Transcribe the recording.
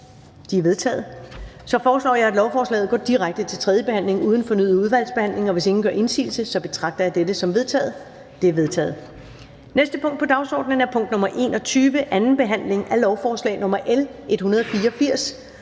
sluttet. Jeg foreslår, at lovforslaget går direkte til tredje behandling uden fornyet udvalgsbehandling. Hvis ingen gør indsigelse, betragter jeg det som vedtaget. Det er vedtaget. --- Det næste punkt på dagsordenen er: 14) 2. behandling af lovforslag nr.